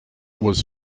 was